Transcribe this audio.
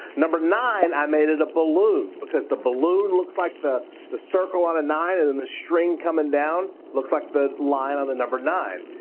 number nine, i made it a balloon, because the balloon looks like the the circle on a nine, and then and the string coming down looks like the line on the number nine.